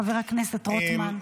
חבר הכנסת רוטמן.